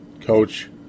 coach